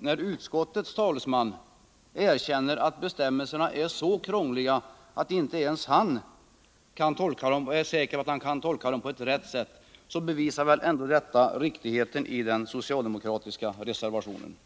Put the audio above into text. När utskottets talesman erkänner att bestämmelserna är så krångliga att inte ens han är säker på att han kan tolka dem på ett riktigt sätt, så bevisar väl ändå detta, fru talman, riktigheten i den socialdemokratiska reservationen.